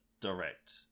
Direct